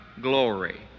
glory